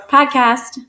podcast